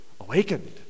awakened